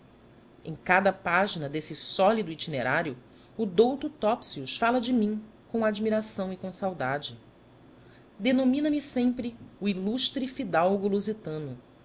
em cada página desse sólido itinerário o douto topsius fala de mim com admiração e com saudade denomina me sempre o ilustre fidalgo lusitano